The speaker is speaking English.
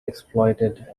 exploited